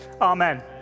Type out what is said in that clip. Amen